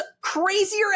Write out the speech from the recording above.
crazier